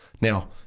Now